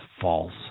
false